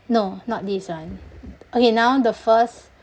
no not this one okay now the first